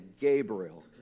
Gabriel